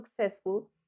successful